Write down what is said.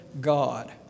God